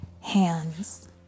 hands